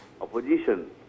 opposition